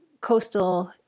coastal